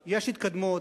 יש התקדמות.